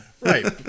Right